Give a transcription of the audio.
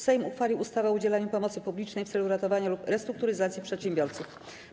Sejm uchwalił ustawę o udzielaniu pomocy publicznej w celu ratowania lub restrukturyzacji przedsiębiorców.